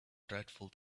dreadful